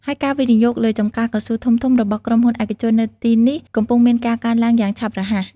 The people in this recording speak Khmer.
ហើយការវិនិយោគលើចំការកៅស៊ូធំៗរបស់ក្រុមហ៊ុនឯកជននៅទីនេះកំពុងមានការកើនឡើងយ៉ាងឆាប់រហ័ស។